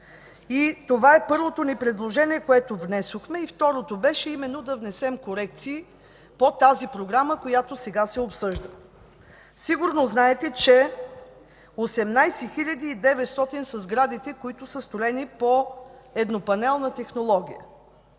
Това е първото ни предложение, което внесохме. Второто беше именно да внесем корекции по Програмата, която сега се обсъжда. Сигурно знаете, че 18 900 са сградите, които са строени по еднопанелна технология.